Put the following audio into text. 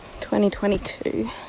2022